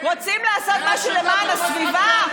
רוצים לעשות משהו למען הסביבה,